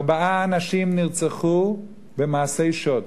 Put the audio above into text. ארבעה אנשים נרצחו במעשי שוד,